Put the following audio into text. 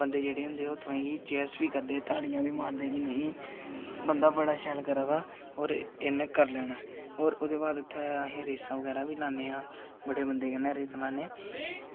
बंदे जेह्ड़े होंदे ओह् तुसेंगी चेयर्स बी करदे ताड़ियां बी मारदे कि नेईं बंदा बड़ा शैल करा दा होर इ'न्ने करी लैना होर ओह्दे बाद उत्थें अस रेसां बगैरा बी लान्ने आं बड़े बंदे कन्नै रेस लान्ने